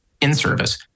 in-service